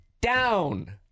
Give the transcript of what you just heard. down